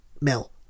Mel